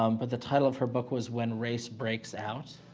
um but the title of her book was when race breaks out,